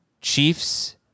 Chiefs